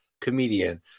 comedian